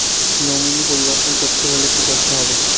Nominee পরিবর্তন করতে হলে কী করতে হবে?